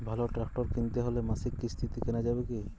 ভালো ট্রাক্টর কিনতে হলে মাসিক কিস্তিতে কেনা যাবে কি?